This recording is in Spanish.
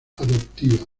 adoptiva